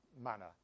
manner